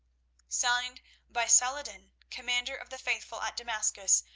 signed by salah-ed-din, commander of the faithful, at damascus,